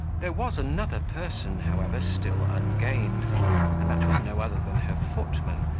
there was another person, however, still ungained and that was no other than her footman,